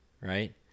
right